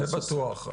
זה בטוח.